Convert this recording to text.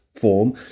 form